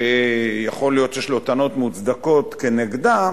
שיכול להיות שיש לו טענות מוצדקות נגדה,